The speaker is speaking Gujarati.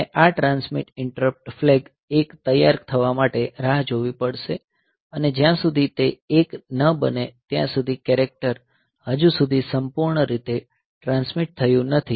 આપણે આ ટ્રાન્સમિટ ઇન્ટરપ્ટ ફ્લેગ 1 તૈયાર થવા માટે રાહ જોવી પડશે અને જ્યાં સુધી તે 1 ન બને ત્યાં સુધી કેરેક્ટર હજુ સુધી સંપૂર્ણ રીતે ટ્રાન્સમિટ થયું નથી